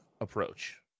approach